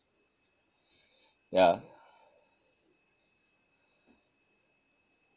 yah